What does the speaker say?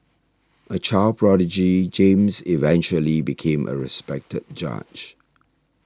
a child prodigy James eventually became a respected judge